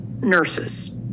nurses